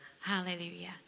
Hallelujah